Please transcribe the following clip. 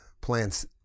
plants